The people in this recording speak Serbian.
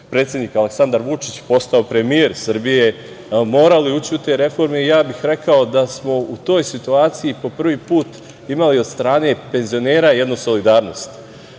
predsednik Aleksandar Vučić postao premijer Srbije, morali ući u te reforme. Ja bih rekao da smo u toj situaciji prvi put imali od strane penzionera jednu solidarnost,